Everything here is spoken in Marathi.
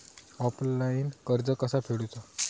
ऑफलाईन कर्ज कसा फेडूचा?